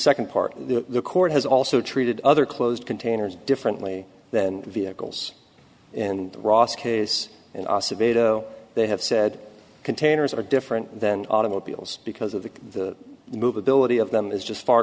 second part the court has also treated other closed containers differently than vehicles and ross case and they have said containers are different than automobiles because of the movability of them is just far